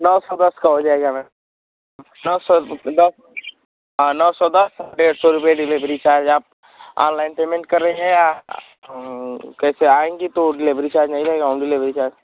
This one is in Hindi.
नौ सौ दस का हो जाएगा मैम नौ सौ दस हाँ नौ सौ दस रुपये डेढ़ सौ रुपये डिलेवरी चार्ज आप अनलाइन पेमेंट कर रही हैं या कैसे आएंगी तो डिलेवरी चार्ज नहीं लगेगा होम डिलेवरी चार्ज